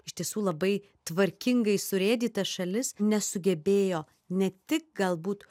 iš tiesų labai tvarkingai surėdyta šalis nesugebėjo ne tik galbūt